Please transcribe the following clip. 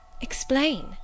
Explain